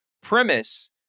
premise